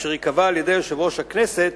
אשר ייקבע על-ידי יושב-ראש הכנסת,